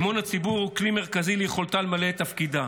אמון הציבור הוא כלי מרכזי ביכולתה למלא את תפקידה.